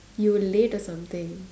you were late or something